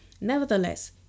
Nevertheless